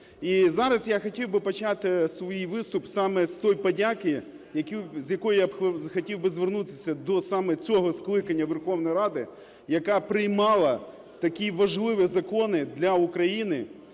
зараз я хотів би почати свій виступ саме з тієї подяки, з якою я хотів би звернутися до саме цього скликання Верховної Ради, яка приймала такі важливі закони для України,